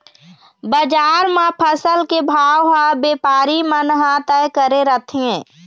बजार म फसल के भाव ह बेपारी मन ह तय करे रथें